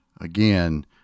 Again